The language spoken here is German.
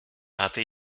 hatte